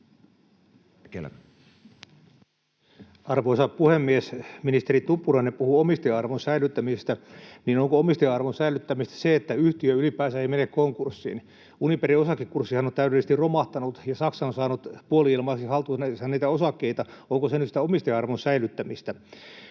Arvoisa puhemies! Ministeri Tuppurainen puhui omistaja-arvon säilyttämisestä. Onko omistaja-arvon säilyttämistä se, että yhtiö ylipäänsä ei mene konkurssiin? Uniperin osakekurssihan on täydellisesti romahtanut, ja Saksa on saanut puoli-ilmaiseksi haltuunsa niitä osakkeita. Onko se nyt sitä omistaja-arvon säilyttämistä?